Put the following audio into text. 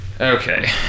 Okay